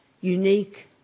unique